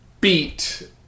beat